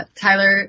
Tyler